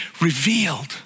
Revealed